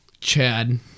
Chad